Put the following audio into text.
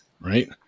right